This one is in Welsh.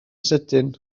sydyn